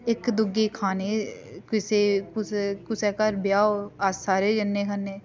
इक दूए गी खाने किसे कुसै कुसै घर ब्याह् होग अस सारे जन्ने खान्ने